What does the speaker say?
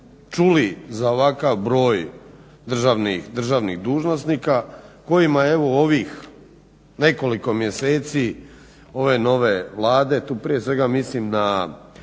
čuli za ovakav broj državnih dužnosnika kojima evo ovih nekoliko mjeseci ove nove Vlade, tu prije svega mislim na